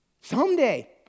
Someday